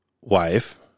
wife